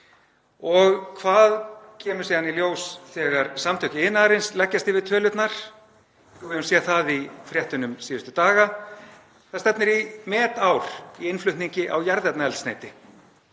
Og hvað kemur síðan í ljós þegar Samtök iðnaðarins leggjast yfir tölurnar? Við höfum séð það í fréttunum síðustu daga. Það stefnir í metár í innflutningi á jarðefnaeldsneyti.